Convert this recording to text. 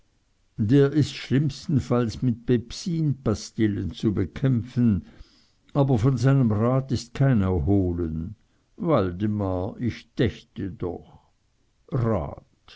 der ist schlimmstenfalls mit pepsinpastillen zu bekämpfen aber von seinem rat ist kein erholen waldemar ich dächte doch rat